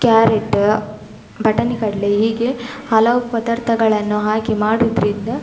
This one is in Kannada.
ಕ್ಯಾರೆಟ ಬಟಾಣಿ ಕಡಲೆ ಹೀಗೆ ಹಲವು ಪದಾರ್ಥಗಳನ್ನು ಹಾಕಿ ಮಾಡುವುದ್ರಿಂದ